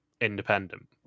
independent